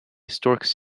storks